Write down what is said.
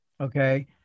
okay